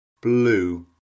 blue